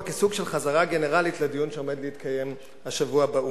כסוג של חזרה גנרלית לדיון שיתקיים השבוע באו"ם.